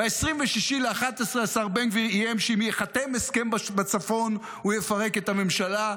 ב-26 בדצמבר השר בן גביר איים שאם ייחתם הסכם בצפון הוא יפרק את הממשלה,